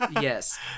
yes